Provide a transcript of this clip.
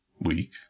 weak